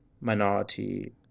minority